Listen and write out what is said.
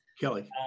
Kelly